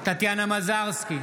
בעד טטיאנה מזרסקי,